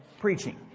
preaching